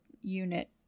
unit